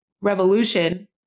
revolution